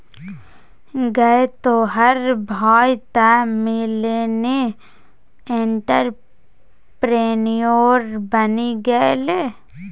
गै तोहर भाय तँ मिलेनियल एंटरप्रेन्योर बनि गेलौ